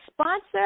sponsor